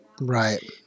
right